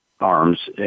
arms